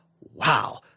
wow